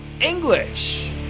English